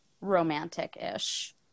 romantic-ish